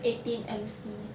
eighteen M_C